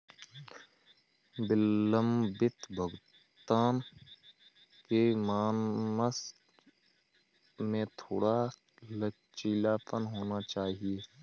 विलंबित भुगतान के मानक में थोड़ा लचीलापन होना चाहिए